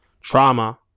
trauma